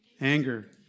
Anger